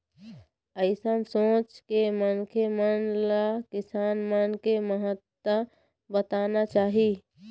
अइसन सोच के मनखे मन ल किसान मन के महत्ता बताना चाही